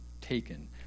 taken